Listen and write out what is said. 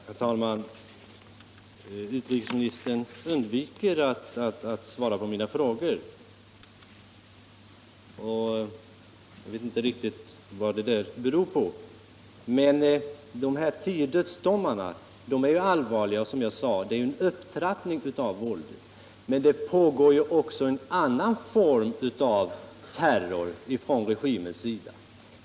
Herr talman! Utrikesministern undviker att svara på mina frågor. Jag vet inte riktigt vad det beror på. De här tio dödsdomarna är allvarliga. De innebär en upptrappning av våldet. Men det pågår också en annan form av terror från regimens sida.